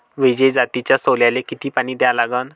विजय जातीच्या सोल्याले किती पानी द्या लागन?